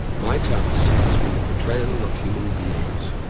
my task has been the portrayal of human beings.